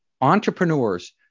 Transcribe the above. entrepreneurs